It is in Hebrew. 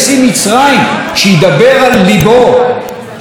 שידבר על ליבו של מחמוד עבאס,